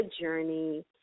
journey